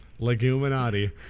Leguminati